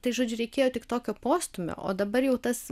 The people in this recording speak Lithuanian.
tai žodžiu reikėjo tik tokio postūmio o dabar jau tas